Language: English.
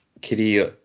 Kitty